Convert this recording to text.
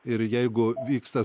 ir jeigu vyksta